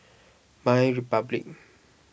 MyRepublic